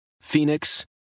Phoenix